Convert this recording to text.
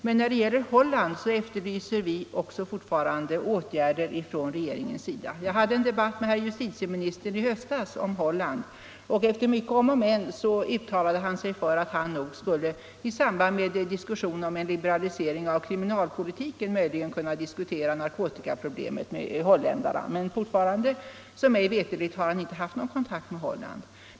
Men när det gäller Holland efterlyser jag fortfarande åtgärder från regeringens sida. Jag hade en debatt med herr justitieministern i höstas om Holland, och efter mycket om och men sade han att han i samband med en diskussion om liberalisering av kriminalpolitiken möjligen skulle kunna diskutera narkotikaproblemet med holländarna. Men fortfarande har han mig veterligt inte haft någon kontakt med Holland.